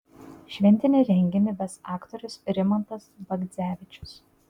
šventinį renginį ves aktorius rimantas bagdzevičius